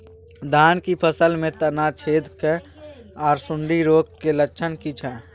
धान की फसल में तना छेदक आर सुंडी रोग के लक्षण की छै?